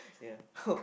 ya